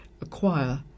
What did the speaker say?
acquire